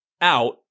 out